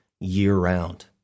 year-round